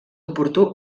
oportú